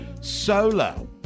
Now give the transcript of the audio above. solo